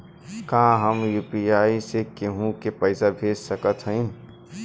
का हम यू.पी.आई से केहू के पैसा भेज सकत हई?